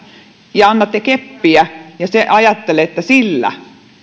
ja annatte keppiä ja ajattelette että sillä